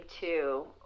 Two